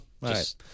right